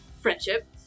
friendship